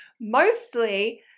Mostly